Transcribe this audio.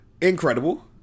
Incredible